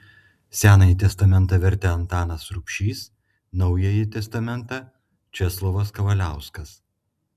senąjį testamentą vertė antanas rubšys naująjį testamentą česlovas kavaliauskas